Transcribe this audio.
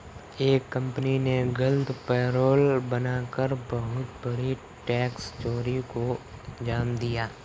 एक कंपनी ने गलत पेरोल बना कर बहुत बड़ी टैक्स चोरी को अंजाम दिया